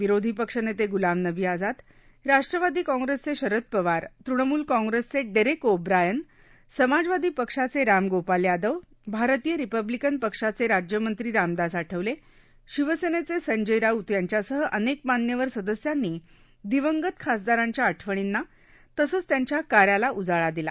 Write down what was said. विरोधी पक्षनेते ग्लाम नबी आझाद राष्ट्रवादी काँग्रेसचे शरद पवार तृणमूल काँग्रेसचे डेरेक ओ ब्रायन समाजवादी पक्षाचे रामगोपाल यादव भारतीय रिपब्लीकन पक्षाचे राज्यमंत्री रामदास आठवले शिवसेनेचे संजय राऊत यांच्यासह अनेक मान्यवर सदस्यांनी दिवंगत खासदारांच्या आठवणींना तसंच त्यांच्या कार्याला उजाळा दिला